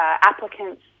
applicants